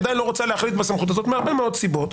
עדיין לא רוצה להחליט בסמכות הזאת מהרבה מאוד סיבות,